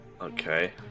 Okay